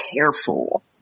careful